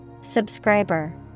Subscriber